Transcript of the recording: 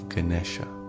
Ganesha